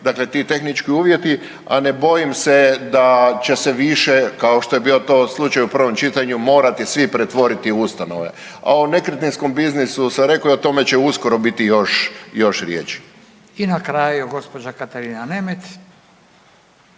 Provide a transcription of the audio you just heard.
ti tehnički uvjeti, a ne bojim se da će se više kao što je to bio slučaj u prvom čitanju morati svi pretvoriti u ustanove. A o nekretninskom biznisu sam rekao i o tome će uskoro biti još riječi. **Radin, Furio (Nezavisni)**